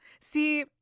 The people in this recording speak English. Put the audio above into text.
See